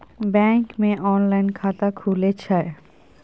Bank मे online खाता खुले छै?